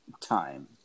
time